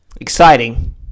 Exciting